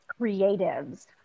creatives